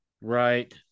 right